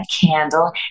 candle